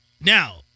now